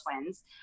twins